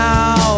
Now